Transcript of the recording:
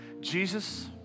Jesus